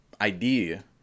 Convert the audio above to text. idea